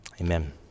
amen